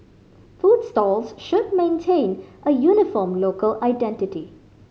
food stalls should maintain a uniform local identity